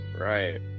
right